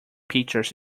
pictures